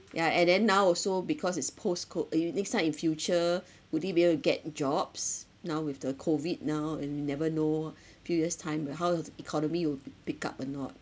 ya and then now also because it's post CO~ and if next time in future would they be able to get jobs now with the COVID now and you never know few year's time will how the economy will be pick up or not